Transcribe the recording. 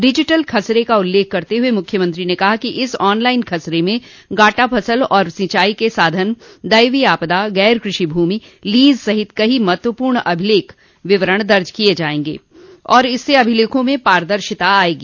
digital खसरे का उल्लेख करते हुए मुख्यमंत्री ने कहा कि इस ऑनलाइन खसरे में गाटा फसल और सिंचाई के साधन दैवीय आपदा गैर कृषि भूमि लीज सहित कई महत्वपूर्ण विवरण दर्ज किये जायेंगे और इससे अभिलेखों में पारदर्शिता आयेगी